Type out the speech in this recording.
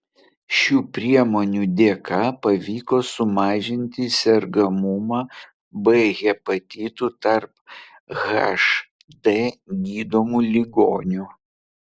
šių priemonių dėka pavyko sumažinti sergamumą b hepatitu tarp hd gydomų ligonių